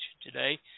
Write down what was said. today